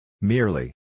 Merely